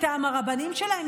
מטעם הרבנים שלהם,